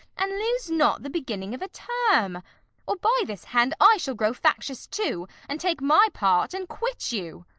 and lose not the beginning of a term or, by this hand, i shall grow factious too, and take my part, and quit you.